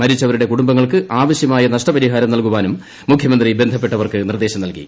മരിച്ചവരുടെ കുടുംബങ്ങൾക്ക് ആവശ്യമായ നഷ്ടപരിഹാരം നൽകുവാനും മുഖ്യമന്ത്രി ബന്ധപ്പെട്ടവർക്ക് നിർദ്ദേശം നൽകി